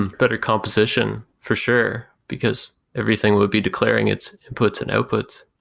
better composition, for sure, because everything would be declaring its inputs and outputs.